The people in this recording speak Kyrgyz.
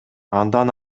андан